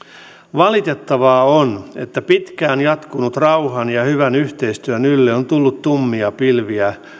valitettavaa on että pitkään jatkuneen rauhan ja hyvän yhteistyön ylle on tullut tummia pilviä